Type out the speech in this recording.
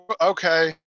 Okay